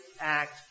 act